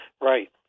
Right